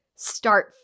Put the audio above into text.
start